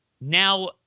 Now